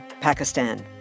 Pakistan